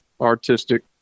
artistic